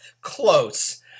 Close